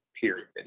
period